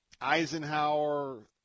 Eisenhower